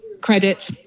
credit